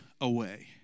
away